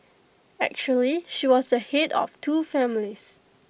actually she was the Head of two families